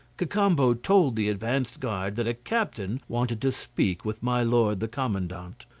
cacambo told the advanced guard that a captain wanted to speak with my lord the commandant.